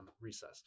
recess